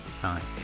time